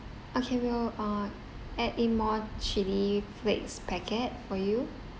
okay we'll uh add in more chilli flakes packet for you